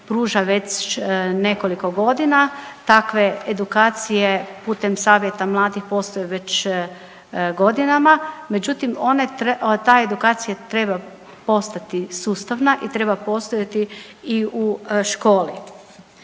pruža već nekoliko godina. Takve edukacije putem Savjeta mladih postoje već godinama, međutim ta edukacija treba postati sustavna i treba postojati i u školi.